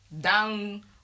down